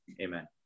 amen